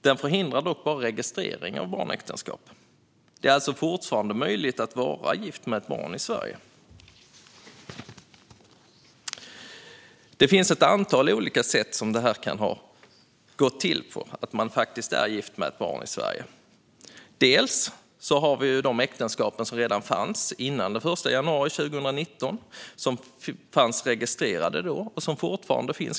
Den förhindrar dock bara registrering av barnäktenskap. Det är alltså fortfarande möjligt att vara gift med ett barn i Sverige. Det finns ett antal olika sätt på vilka man kan vara gift med ett barn i Sverige. Vi har äktenskapen som fanns i Sverige redan före den 1 januari 2019. De var registrerade då och finns fortfarande kvar.